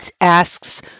asks